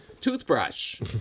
toothbrush